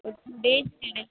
date கெடைக்க